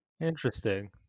Interesting